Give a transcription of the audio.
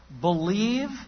Believe